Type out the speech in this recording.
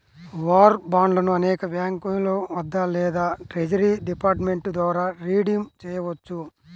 war బాండ్లను అనేక బ్యాంకుల వద్ద లేదా ట్రెజరీ డిపార్ట్మెంట్ ద్వారా రిడీమ్ చేయవచ్చు